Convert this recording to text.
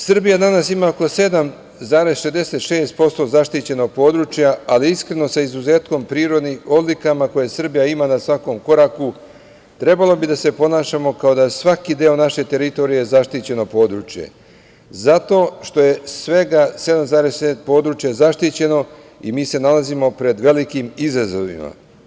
Srbija danas ima oko 7,66% zaštićenog područja, ali iskreno sa izuzetkom prirodnih odlika koje Srbija ima na svakom koraku trebalo bi da se ponašamo kao da je svaki deo naše teritorije zaštićeno područje, zato što je svega 7,6% područja zaštićeno i mi se nalazimo pred velikim izazovima.